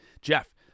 Jeff